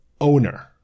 owner